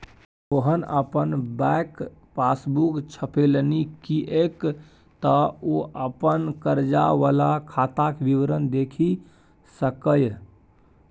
सोहन अपन bank passbook छपेलनि किएक तँ ओ अपन कर्जा वला खाताक विवरण देखि सकय